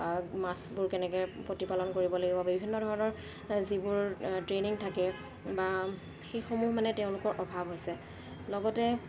মাছবোৰ কেনেকৈ প্ৰতিপালন কৰিব লাগিব বিভিন্ন ধৰণৰ যিবোৰ ট্ৰেইনিং থাকে বা সেইসমূহ মানে তেওঁলোকৰ অভাৱ হৈছে লগতে